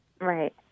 Right